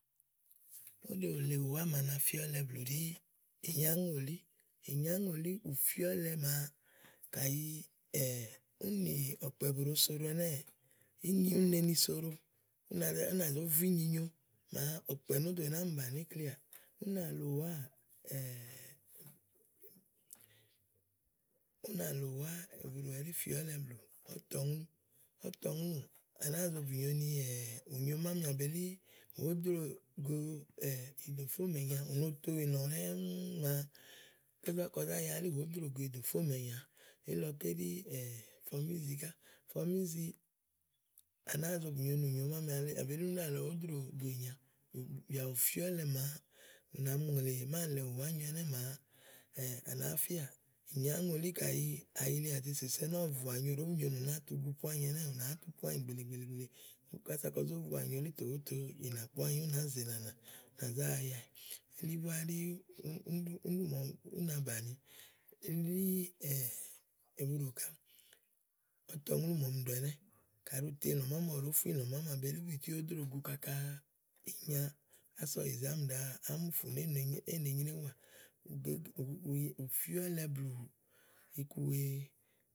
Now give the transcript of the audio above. Óɖò lèe ùwá màa na fíɔlɛ blù ɖí ìnyáŋò lí, ìngáŋò lí ù fíɔlɛ màa, kàyi únì nì ɔkpɛ̀ bù ɖo so ɖo ɛnɛ́ɛ ínyi úni ne ni soɖo. Ú nàzó ú nàzó vu ínyi nyomàa ɔ̀kpɛ nó ɖo nàáa mì bàni ikleàà. Únà lèe ùwáà únà lèe ùwáà ɛ̀buɖòɛɖí fìɔ̀ɔlɛ blù, ɔ̀tɔŋlù, ɔ̀tɔŋlù, à nàáa zo bùnyo ni ù nyo mámi àbelí wòó droògo ìdòfó màa ìnya ù no to ìlɔ ɖɛ́ɛ́ màa kása kɔ zá ya elíì wòó drò go ìdòfó màa ìnya elílɔké ɖí fɔmízi ká, fɔmìzi, à nàáa zo bùnyo ni ù nyo mámi, ábelí úni nálɔ̀ɔ wó droògo ìnya bìà bù fíɔlɛ màa ù nà mi ŋlè máàlɛ bùwá nyo ɛnɛ́ màa à nàáá fíàà. ínyáŋòlí kàyi à yilià de èsèse ɔwɛ vùà nyo ɔwɛ ɖòó bu nyo ni ù nàáa tu ugu po ányi elíì, ù nàáá tu po ányi gbèele gbèele gbèele. Kása kɔzò vuà nyo elí tè wòó to ìnàkpɔ̀ ányi ú nàá zèe ìnànà, ú nà zá aya wɛ̀. Elí búá ɛɖi ú na bàni, elí ɖí ɛ̀buɖò ká, ɔ̀tɔŋlú màa ɔmi ɖò ɛnɛ̀ kàɖi ù to ìlɔ̃ mámi ɔwɛ ɖòó fu ìlɔ̀ mámi àbelí úbìtí òó droò go kaka ìnya ása ɔwɛ yìze ámi ɖàá mu ùfù ni è nèe nyréwuà, ù be blù iku wèe, ù fíɔlɛ blù iku yèe.